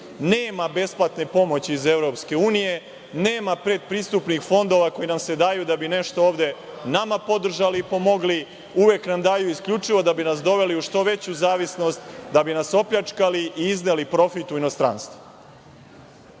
besplatne pomoći iz EU, nema predpristupnih fondova, koji nam se daju da bi nešto ovde nama podržali i pomogli, uvek nam daju, isključivo da bi nas doveli u što veću zavisnost da bi nas opljačkali i izneli profit u inostranstvu.